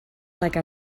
like